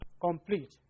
complete